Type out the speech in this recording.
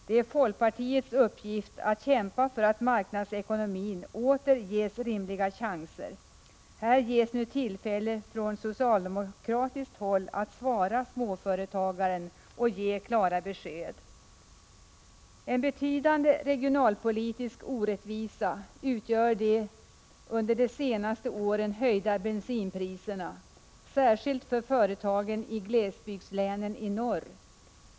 Det är folkpartiets uppgift att kämpa för att marknadsekonomin åter får rimliga chanser. Här ges nu tillfälle att från socialdemokratiskt håll svara småföretagaren och lämna klara besked. En betydande regionalpolitisk orättvisa utgör de under de senaste åren höjda bensinpriserna — särskilt för företagen i glesbygdslänen i norr.